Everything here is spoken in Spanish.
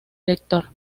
lector